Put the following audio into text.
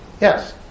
yes